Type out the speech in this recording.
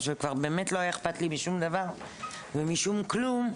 וכבר באמת לא היה אכפת לי משום דבר ומשום כלום,